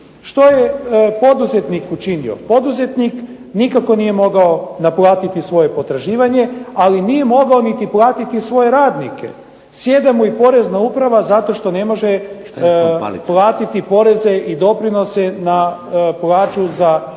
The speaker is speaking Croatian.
Što je poduzetnik učinio? Poduzetnik nikako nije mogao naplatiti svoje potraživanje, ali nije mogao niti platiti svoje radnike. Sjeda mu i porezna uprava zato što ne može platiti poreze i doprinose na plaću za te radnike,